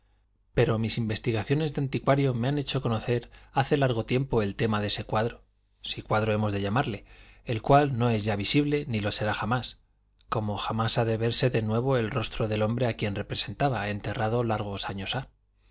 pero mis investigaciones de anticuario me han hecho conocer hace largo tiempo el tema de este cuadro si cuadro hemos de llamarle el cual no es ya visible ni lo será jamás como jamás ha de verse de nuevo el rostro del hombre a quien representaba enterrado largos años ha